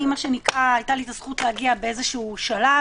לי, מה שנקרא, "הייתה הזכות" להגיע באיזה שלב,